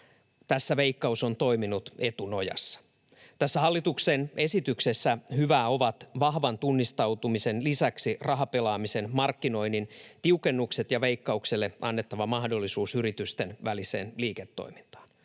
Tässä Veikkaus on toiminut etunojassa. Tässä hallituksen esityksessä hyvää ovat vahvan tunnistautumisen lisäksi rahapelaamisen markkinoinnin tiukennukset ja Veikkaukselle annettava mahdollisuus yritysten väliseen liiketoimintaan.